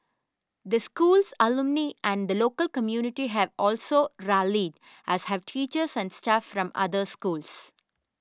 the school's alumni and the local community have also rallied as have teachers and staff from other schools